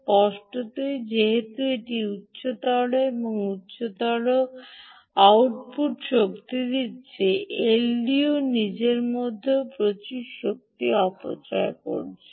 স্পষ্টতই যেহেতু এটি উচ্চ এবং উচ্চতর এবং উচ্চতর আউটপুট শক্তি দিচ্ছে এলডিও নিজের মধ্যেও প্রচুর শক্তি অপচয় করছে